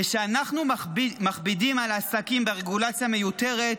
כשאנחנו מכבידים על העסקים ברגולציה מיותרת,